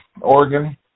Oregon